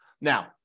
Now